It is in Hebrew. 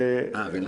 והבריאות.